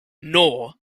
nor